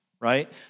right